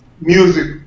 music